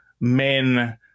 men